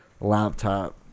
laptop